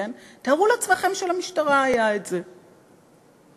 תארו לעצמכם שלמשטרה היה את זה,